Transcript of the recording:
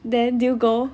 then did you go